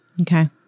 Okay